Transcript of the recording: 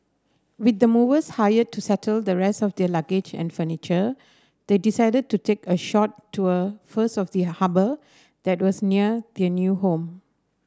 with the movers hired to settle the rest of their luggage and furniture they decided to take a short tour first of the harbour that was near their new home